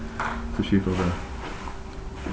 to shift over